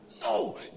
No